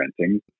renting